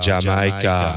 Jamaica